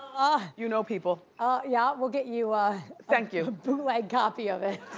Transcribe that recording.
ah you know people. ah yeah, we'll get you ah thank you. a bootleg copy of it.